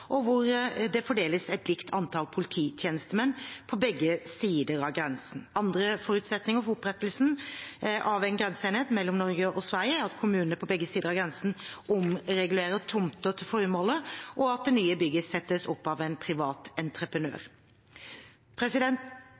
og hvor det fordeles et likt antall polititjenestemenn på begge sider av grensen. Andre forutsetninger for opprettelsen av en grenseenhet mellom Norge og Sverige er at kommunene på begge sider av grensen omregulerer tomter til formålet, og at det nye bygget settes opp av en privat entreprenør.